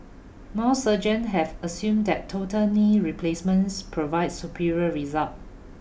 most surgeon have assumed that total knee replacements provides superior result